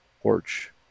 porch